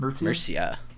Mercia